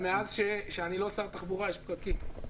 אבל מאז שאני לא שר התחבורה יש פקקים.